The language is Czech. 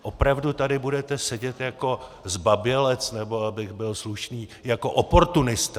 Opravdu tady budete sedět jako zbabělec, nebo abych byl slušný, jako oportunista?